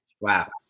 Wow